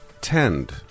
tend